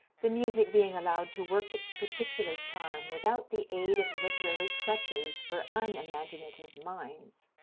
the music being allowed to work its particular charm without the aid of literary crutches for unimaginative minds.